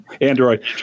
Android